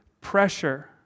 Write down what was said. Pressure